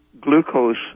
glucose